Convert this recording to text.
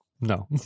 no